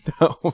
no